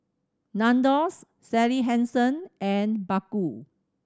Nandos Sally Hansen and Baggu